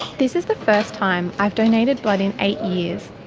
this is the first time i've donated blood in eight years.